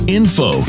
info